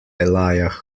elijah